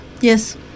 Yes